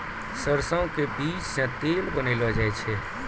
सरसों के बीज सॅ तेल बनैलो जाय छै